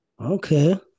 Okay